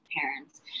parents